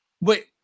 wait